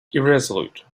irresolute